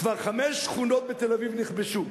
כבר חמש שכונות בתל-אביב נכבשו,